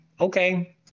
okay